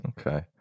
okay